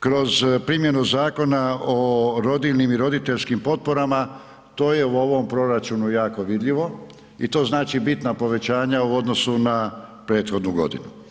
kroz primjenu Zakona o rodiljnim i roditeljskim potporama, to je u ovom proračunu jako vidljivo i to znači bitna povećanja u odnosu na prethodnu godinu.